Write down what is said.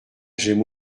j’aime